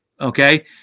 Okay